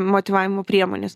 motyvavimo priemones